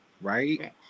right